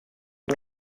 you